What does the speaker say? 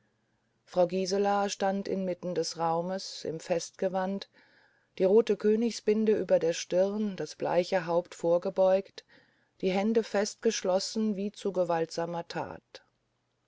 frau gisela stand inmitten des raumes im festgewande die rote königsbinde über der stirn das bleiche haupt vorgebeugt die hände fest geschlossen wie zu gewaltsamer tat